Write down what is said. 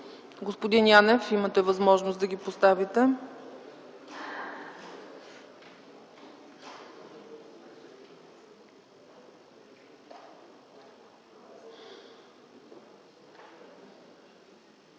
Господин Янев, имате възможност да поставите